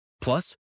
Plus